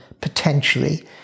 potentially